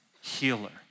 healer